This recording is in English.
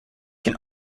can